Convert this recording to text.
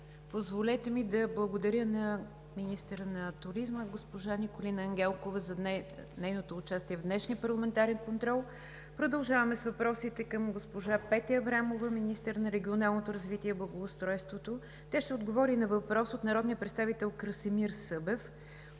Позволете ми да благодаря на министъра на туризма госпожа Николина Ангелкова за нейното участие в днешния парламентарен контрол. Продължаваме с въпросите към госпожа Петя Аврамова – министър на регионалното развитие и благоустройството. Тя ще отговори на въпрос от народния представител Красимир Събев